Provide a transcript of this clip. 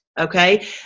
okay